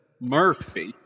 Murphy